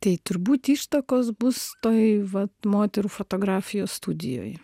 tai turbūt ištakos bus toj va moterų fotografijos studijoje